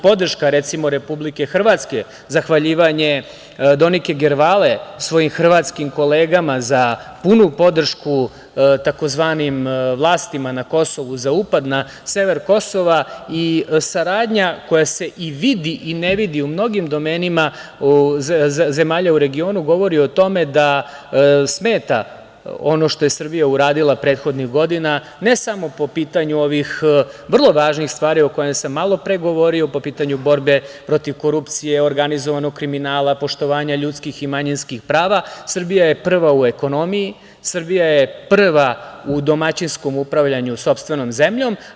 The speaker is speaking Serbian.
Podrška, recimo, Republike Hrvatske, zahvaljivanje Donike Gervale svojim hrvatskim kolegama za punu podršku tzv. vlastima na Kosovu za upad na sever Kosova i saradnja koja se i vidi i ne vidi u mnogim domenima zemalja u regionu, govori o tome da smeta ono što je Srbija uradila prethodnih godina, ne samo po pitanju ovih vrlo važnih stvari o kojima sam malopre govorio, po pitanju borbe protiv korupcije, organizovanog kriminala, poštovanja ljudskih i manjinskih prava, Srbija je prva u ekonomiji, Srbija je prva u domaćinskom upravljanju sopstvenom zemljom.